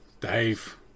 Dave